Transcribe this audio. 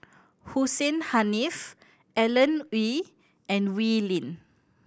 Hussein Haniff Alan Oei and Wee Lin